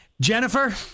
Jennifer